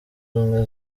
ubumwe